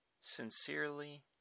Sincerely